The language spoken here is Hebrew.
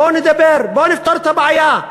בואו נדבר, בואו נפתור את הבעיה.